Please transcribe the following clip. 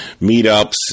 meetups